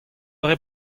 dre